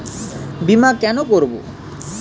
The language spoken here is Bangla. বিমা কেন করব?